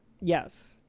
Yes